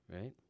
Right